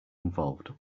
involved